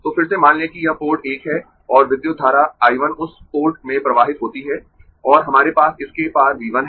तो फिर से मान लें कि यह पोर्ट 1 है और विद्युत धारा I 1 उस पोर्ट में प्रवाहित होती है और हमारे पास इसके पार V 1 है